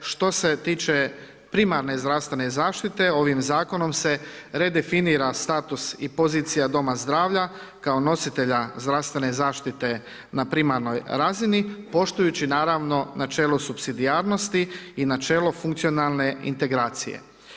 Što se tiče primarne zdravstvene zaštite, ovim Zakonom se redefinira status i pozicija Doma zdravlja kao nositelja zdravstvene zaštite na primarnoj razini, poštujući naravno načelo supsidijarnosti i načelo funkcionalne integracije.